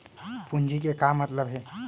पूंजी के का मतलब हे?